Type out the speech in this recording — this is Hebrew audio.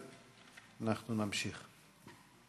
ואנחנו נמשיך.